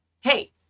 Hey